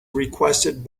requested